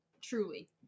truly